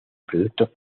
productos